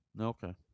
Okay